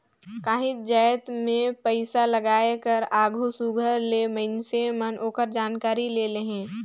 काहींच जाएत में पइसालगाए कर आघु सुग्घर ले मइनसे मन ओकर जानकारी ले लेहें